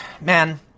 man